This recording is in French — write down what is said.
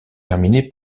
terminé